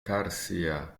garcía